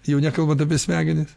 jau nekalbant apie smegenis